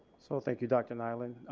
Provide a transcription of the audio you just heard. so thank you dr. nyland,